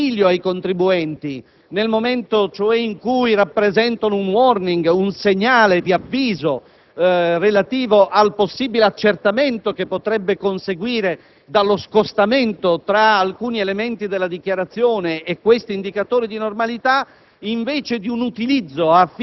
come elementi di ausilio ai contribuenti, nel momento cioè in cui rappresentano un *warning*, un segnale di avviso relativo al possibile accertamento che potrebbe conseguire dallo scostamento tra alcuni elementi della dichiarazione e questi indicatori di normalità,